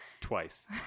twice